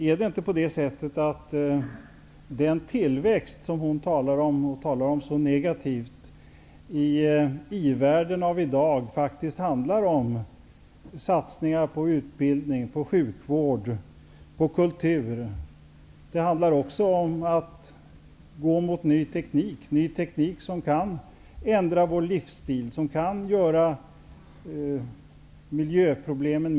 Är det inte på det sättet att det beträffande den tillväxt i i-världen av i dag som Lena Klevenås mycket negativt talar om faktiskt handlar om satsningar på utbildning, sjukvård och kultur? Vidare handlar det om att gå mot ny teknik som kan ändra vår livsstil och som kan minska miljöproblemen.